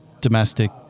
domestic